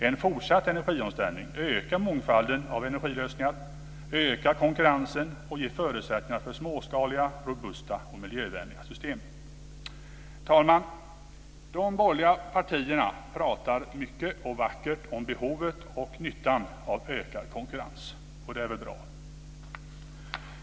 En fortsatt energiomställning ökar mångfalden av energilösningar, ökar konkurrensen och ger förutsättningar för småskaliga, robusta och miljövänliga system. Herr talman! De borgerliga partierna pratar mycket och vackert om behovet och nyttan av ökad konkurrens. Det är väl bra.